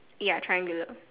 ya triangular